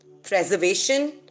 preservation